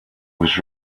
was